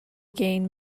gain